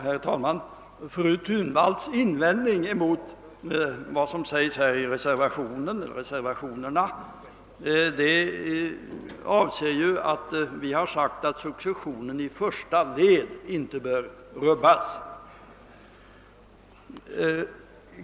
Herr talman! Fru Thunvalls invändning mot vad som anförs i reservationerna avser vårt uttalande att successionen i första led inte bör rubbas.